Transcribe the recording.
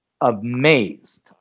amazed